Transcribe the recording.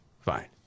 fine